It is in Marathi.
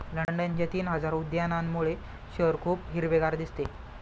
लंडनच्या तीन हजार उद्यानांमुळे शहर खूप हिरवेगार दिसते